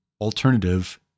alternative